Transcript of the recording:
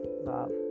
love